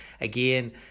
Again